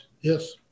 Yes